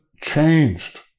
changed